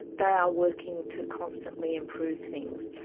they are working to constantly improve things.